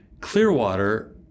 Clearwater